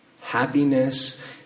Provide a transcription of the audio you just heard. Happiness